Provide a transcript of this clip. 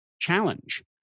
challenge